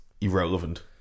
irrelevant